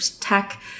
tech